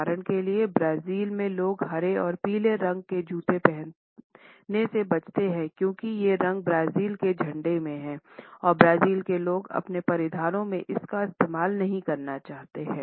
उदाहरण के लिए ब्राजील में लोग हरे और पीले रंग के जूते पहनने से बचते हैं क्योंकि ये रंग ब्राजील के झंडे में हैं और ब्राज़ील के लोग अपने परिधानों में इसका इस्तेमाल नहीं करना चाहते हैं